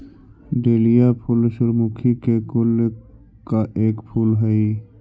dahlia फूल सूर्यमुखी के कुल का एक फूल हई